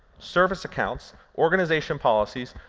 service accounts, organization policies,